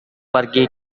pergi